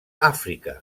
àfrica